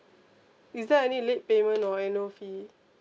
is there any late payment or annual fee